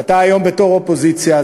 ואתה היום בתור אופוזיציה.